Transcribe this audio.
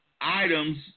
items